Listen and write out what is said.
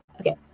Okay